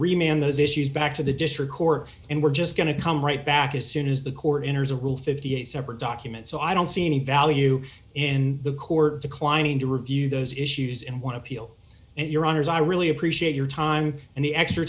remain on those issues back to the district court and we're just going to come right back as soon as the court enters rule fifty eight dollars separate documents so i don't see any value in the court declining to review those issues in one appeal and your honors i really appreciate your time and the extra